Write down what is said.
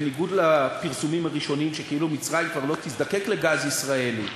בניגוד לפרסומים הראשונים שכאילו מצרים כבר לא תזדקק לגז ישראלי,